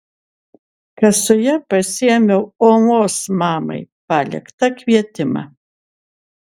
kasoje pasiėmiau olos mamai paliktą kvietimą